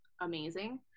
amazing